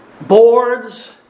boards